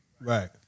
Right